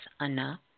enough